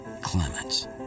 Clements